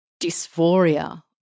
dysphoria